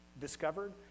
discovered